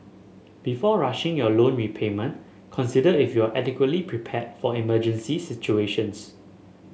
before rushing your loan repayment consider if you are adequately prepared for emergency situations